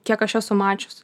kiek aš esu mačius